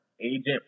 agent